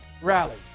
rally